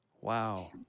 Wow